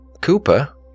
Cooper